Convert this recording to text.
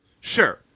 Sure